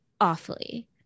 awfully